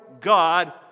God